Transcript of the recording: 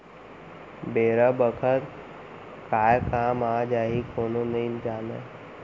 बेरा बखत काय काम आ जाही कोनो नइ जानय